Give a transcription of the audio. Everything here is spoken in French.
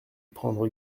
prendre